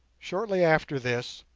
shortly after this,